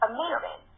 Amazing